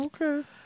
Okay